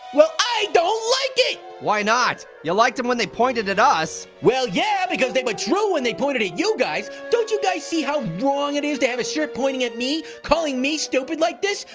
well i don't like it! why not? you liked em when they pointed at us. well yeah, because they were true when they pointed at you guys. don't you guys see how wrong it is to have a shirt pointing at me, calling me stupid like this?